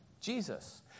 Jesus